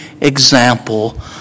example